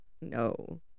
no